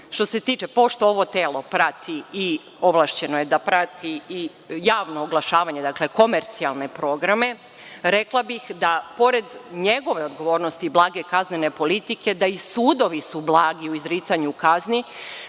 tri žalbe. Pošto ovo telo prati i ovlašćeno je da prati i javno oglašavanje, dakle, komercijalne programe, pored njegove odgovornosti i blage kaznene politike, rekla bih da su i sudovi blagi u izricanju kazni,